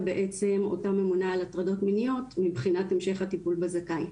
בעצם אותה הממונה על הטרדות מיניות מבחינת המשך הטיפול בזכאי,